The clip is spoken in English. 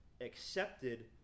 accepted